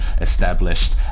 established